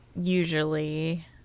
Usually